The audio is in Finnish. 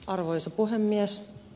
arvoisa puhemies